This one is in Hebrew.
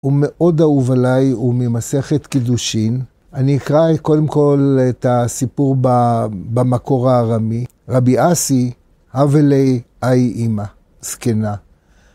הוא מאוד אהוב עליי, הוא ממסכת קידושין. אני אקרא קודם כל את הסיפור במקור הערמי. רבי עשי, אב אלי אי אימא, זקנה.